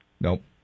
Nope